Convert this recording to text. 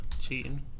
cheating